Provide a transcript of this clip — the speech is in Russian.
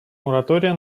моратория